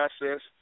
process